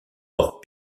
hors